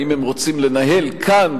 האם הם רוצים לנהל כאן,